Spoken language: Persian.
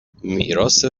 میراث